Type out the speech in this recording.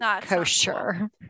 kosher